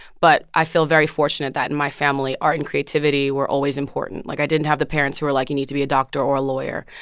but i feel very fortunate that in my family, art and creativity were always important. like, i didn't have the parents who were like, you need to be a doctor or a lawyer.